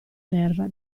terra